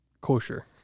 kosher